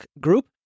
group